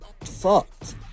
fucked